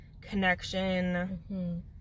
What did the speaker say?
connection